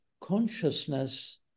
consciousness